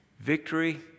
victory